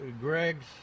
Greg's